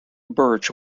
birch